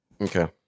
Okay